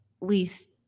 least